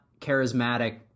charismatic